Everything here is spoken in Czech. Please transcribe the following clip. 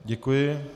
Děkuji.